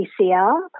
PCR